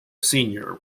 senior